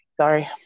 sorry